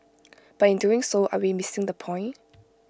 but in doing so are we missing the point